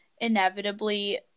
inevitably